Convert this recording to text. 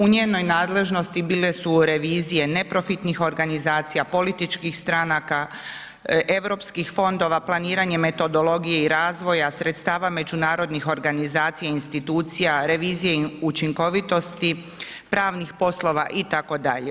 U njenoj nadležnosti bile su revizije neprofitnih organizacija, političkih stranaka, europskih fondova, planiranje metodologije i razvoja, sredstava međunarodnih organizacija i institucija, revizije učinkovitosti, pravnih poslova itd.